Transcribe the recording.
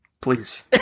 Please